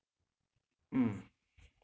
mm